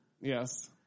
Yes